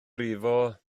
brifo